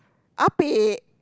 ah-pek